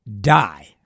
die